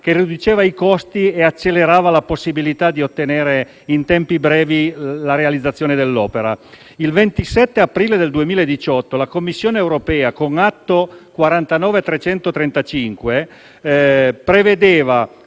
che riduceva i costi e accelerava la possibilità di ottenere in tempi brevi la realizzazione dell'opera. Il 27 aprile 2018 la Commissione europea, con decisione positiva